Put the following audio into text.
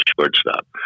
shortstop